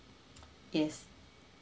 yes